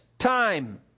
time